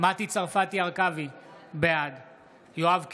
מטי צרפתי הרכבי, בעד יואב קיש,